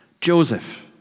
Joseph